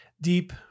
deep